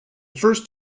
first